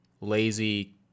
lazy